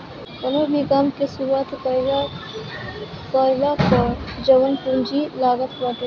कवनो भो काम के शुरू कईला पअ जवन पूंजी लागत बाटे